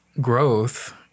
growth